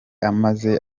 amaze